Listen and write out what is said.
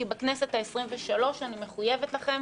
כי בכנסת העשרים-ושלוש אני מחויבת לכם,